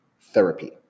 therapy